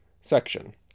Section